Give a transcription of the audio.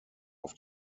auf